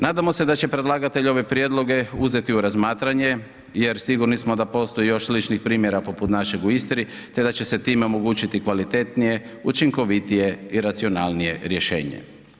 Nadamo se da će predlagatelj ove prijedloge uzeti u razmatranje jer sigurni smo da postoji još sličnih primjera poput našeg u Istri te da će se time omogućiti kvalitetnije, učinkovitije i racionalnije rješenje.